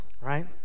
Right